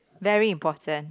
very important